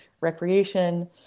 recreation